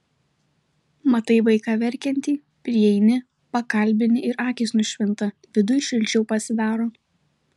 matai vaiką verkiantį prieini pakalbini ir akys nušvinta viduj šilčiau pasidaro